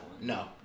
no